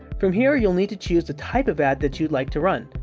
from here, you'll need to choose the type of ad that you'd like to run.